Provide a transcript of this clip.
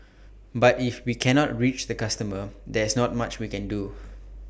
but if we cannot reach the customer there is not much we can do